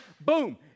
boom